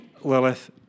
Lilith